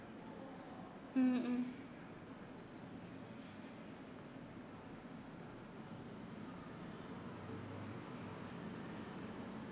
mm mm